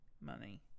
money